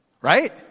Right